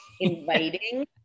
inviting